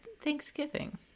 thanksgiving